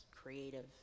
creative